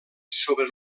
sobre